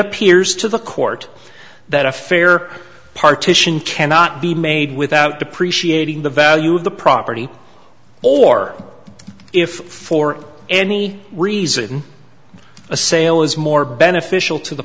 appears to the court that a fair partition cannot be made without depreciating the value of the property or if for any reason a sale is more beneficial to the